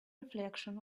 reflection